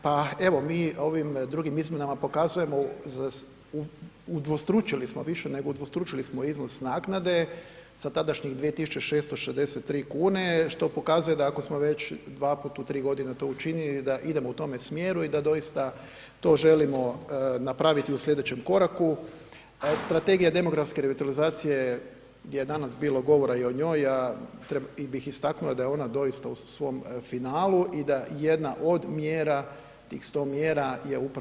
Pa evo, mi ovim drugim izmjenama pokazujemo, udvostručili smo, više nego udvostručili smo iznos naknade sa tadašnjih 2.663,00 kune, što pokazuje da ako smo već dva put u tri godine to učinili da idemo u tome smjeru i da doista to želimo napraviti u sljedećem koraku, a Strategija demografske revitalizacije, je danas bilo govora i o njoj, a treba, bih istaknuo da je ona doista u svom finalu i da jedna od mjera, tih 100 mjera, je upravo, ide u tome smjeru.